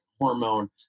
hormone